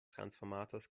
transformators